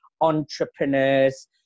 entrepreneurs